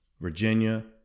Virginia